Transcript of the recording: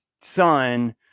son